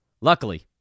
Luckily